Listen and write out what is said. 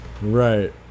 right